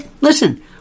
Listen